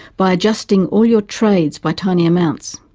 by adjusting all your trades by tiny amounts.